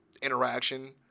interaction